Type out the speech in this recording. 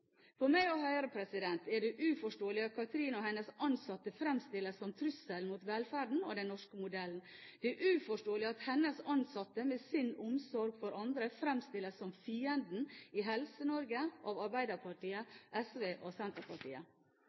For meg og Høyre er det uforståelig at Kathrine og hennes ansatte fremstilles som en trussel mot velferden og den norske modellen. Det er uforståelig at hennes ansatte, med sin omsorg for andre, fremstilles som fienden i Helse-Norge av Arbeiderpartiet, SV og Senterpartiet.